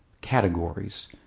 categories